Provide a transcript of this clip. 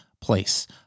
place